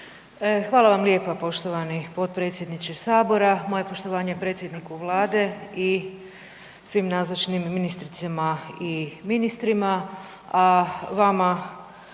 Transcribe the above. Hvala vam lijepa poštovani podpredsjedniče Sabora, moje poštovanje predsjedniku Vlade i svim nazočnim ministricama i ministrima, a vama